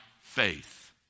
faith